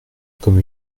comme